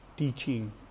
Teaching